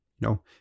No